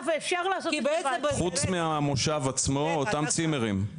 חוץ מהמושב עצמו, אותם צימרים.